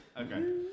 Okay